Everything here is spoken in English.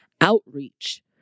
outreach